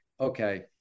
okay